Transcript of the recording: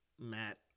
Matt